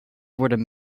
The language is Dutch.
worden